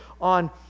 on